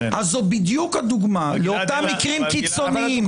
זו בדיוק הדוגמה לאותם מקרים קיצוניים.